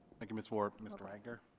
thank you ms ward. mr. reitinger